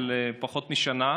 פחות משנה,